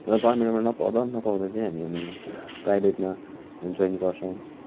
र गर्मेन्टमा नपाउँदा नपाउँदा चाहिँ हामी प्राइभेटमा जोइन गर्छौँ